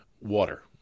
water